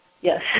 Yes